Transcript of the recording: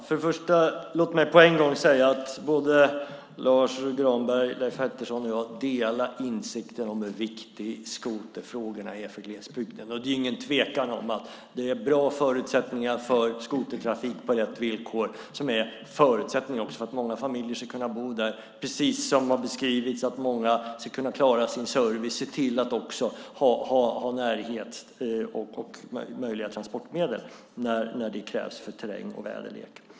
Fru talman! Låt mig på en gång säga att Lars U Granberg, Leif Pettersson och jag delar insikten om hur viktiga skoterfrågorna är för glesbygden. Det råder ingen tvekan om att det är bra förutsättningar för skotertrafik på rätt villkor som också är förutsättningen för att många familjer ska kunna bo i glesbygden. Precis som har beskrivits här handlar det om att många ska kunna klara sin service och se till att ha närhet och möjliga transportmedel när det krävs för terräng och väderlek.